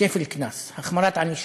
כפל קנס, החמרת ענישה.